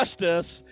justice